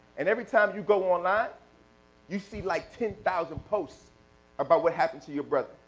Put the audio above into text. and every time you go online you see like ten thousand posts about what happened to your brother.